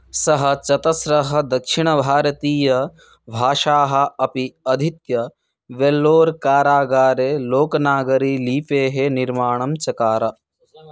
सः चतस्रः दक्षिणभारतीयभाषाः अपि अधीत्य वेल्लोर् कारागारे लोकनागरीलिपेः निर्माणं चकार